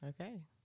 Okay